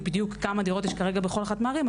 בדיוק בדיוק כמה דירות יש כרגע בכל אחת מהערים,